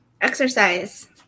exercise